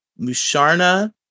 Musharna